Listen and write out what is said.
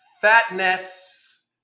fatness